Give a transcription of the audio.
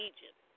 Egypt